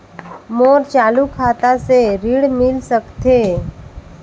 मोर चालू खाता से ऋण मिल सकथे?